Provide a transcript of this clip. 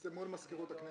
זה מול מזכירות הכנסת.